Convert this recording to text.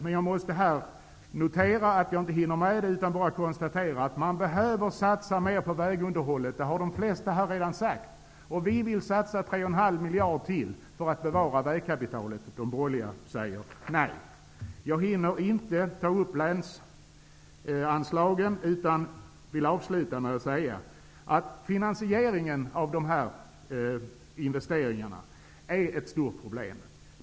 Men jag måste notera att jag inte hinner med. Jag konstaterar att det behöver satsas mer på vägunderhållet. Det har de flesta här redan sagt. Vi vill satsa 3,5 miljarder kronor till för att bevara vägkapitalet. De borgerliga säger nej. Jag hinner inte ta upp frågan om länsanslagen. Jag avslutar med att säga följande. Finansieringen av dessa investeringar är ett stort problem.